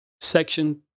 Section